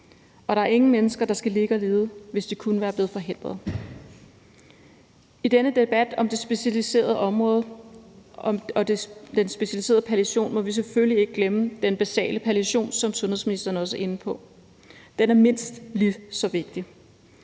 og der er ingen mennesker, der skal ligge og lide, hvis det kunne være blevet forhindret. I denne debat om den specialiserede palliation må vi selvfølgelig ikke glemme den basale palliation, hvad sundhedsministeren også var inde på. Den er mindst lige så vigtig.